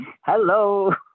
Hello